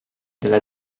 della